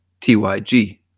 tyg